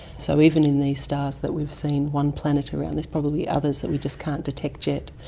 so even in these stars that we've seen one planet around, there's probably others that we just can't detect yet.